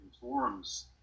forums